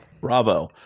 Bravo